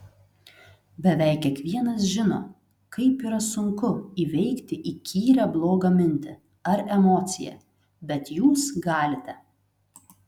beveik kiekvienas žino kaip yra sunku įveikti įkyrią blogą mintį ar emociją bet jūs galite